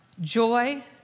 joy